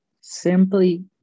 simply